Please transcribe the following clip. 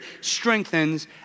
strengthens